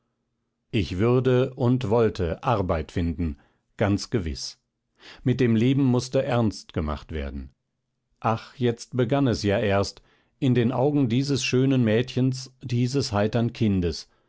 ich würde und wollte arbeit finden ganz gewiß mit dem leben mußte ernst gemacht werden ach jetzt begann es ja erst in den augen dieses schönen mädchens dieses heitern kindes